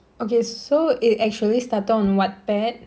okay so it actually stopped on wattpad